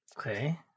Okay